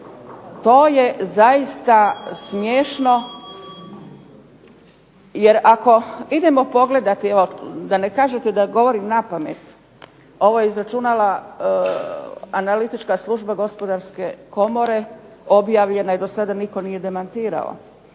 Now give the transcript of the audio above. To je zaista smiješno jer ako idemo pogledati, evo da ne kažete da govorim napamet, ovo je izračunala analitička služba Gospodarske komore, objavljena je i dosada nitko nije demantirao,